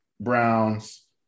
Browns